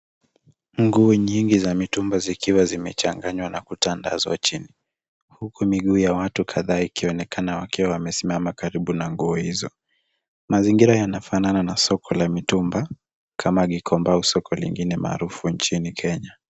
Nguo nyingi za mitumba zikiwa zimechanganywa na kutandazwa chini, huku miguu ya watu kadhaa ikionekana wakiwa wamesimama karibu na nguo hizo. Mazingira yanafanana na soko ya mitumba kama Gikomba au soko ingine maarufu nchini Kenya.